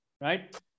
right